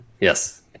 Yes